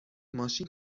ماشین